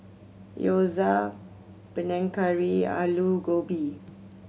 Gyoza Panang Curry Alu Gobi